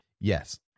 Yes